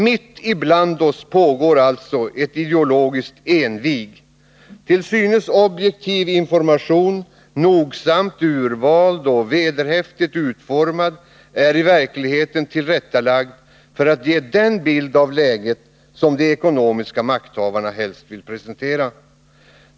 Mitt ibland oss pågår alltså ett ideologiskt envig. Till synes objektiv information, noggrant utvald och vederhäftigt utformad, är i verkligheten tillrättalagd för att ge den bild av läget som de ekonomiska makthavarna helst vill presentera.